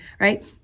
right